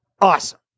awesome